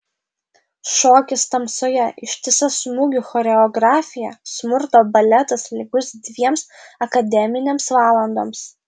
šokis tamsoje ištisa smūgių choreografija smurto baletas lygus dviems akademinėms valandoms